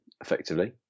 effectively